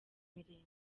mirenge